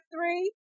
three